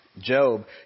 Job